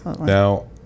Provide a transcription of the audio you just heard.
Now